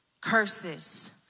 curses